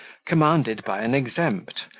commanded by an exempt,